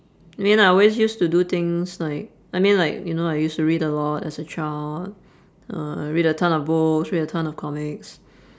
I mean I always used to do things like I mean like you know I used to read a lot et cetera uh I read a ton of books read a ton of comics